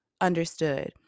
Understood